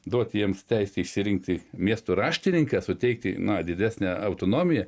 duoti jiems teisę išsirinkti miesto raštininką suteikti na didesnę autonomiją